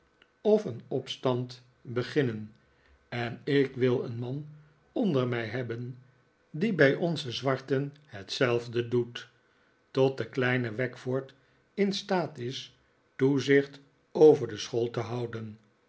of een opstand beginnen en ik wil een man onder mij hebben die bij onze zwarten hetzelfde doet tot de kleine wackford in staat is toezicht over de school te houden